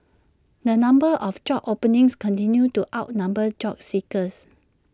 the number of job openings continued to outnumber job seekers